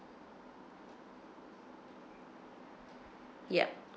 yup